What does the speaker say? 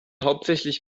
hauptsächlich